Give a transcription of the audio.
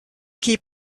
keep